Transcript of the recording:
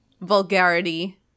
vulgarity